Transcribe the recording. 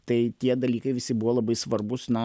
tai tie dalykai visi buvo labai svarbus na